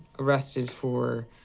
arrested for,